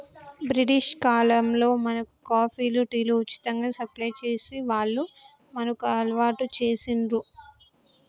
British కాలంలో మనకు కాఫీలు, టీలు ఉచితంగా సప్లై చేసి వాళ్లు మనకు అలవాటు చేశిండ్లు